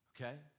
Okay